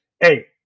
Hey